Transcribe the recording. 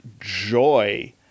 joy